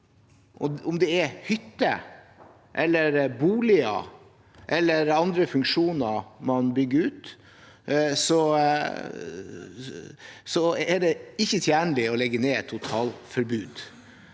Om det er hytte, boliger eller andre funksjoner man bygger ut, er det ikke tjenlig å legge ned totalforbud.